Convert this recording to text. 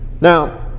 Now